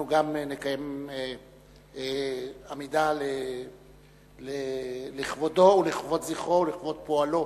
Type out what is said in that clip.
אנחנו גם נעמוד לכבודו, לכבוד זכרו ולכבוד פועלו,